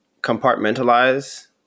compartmentalize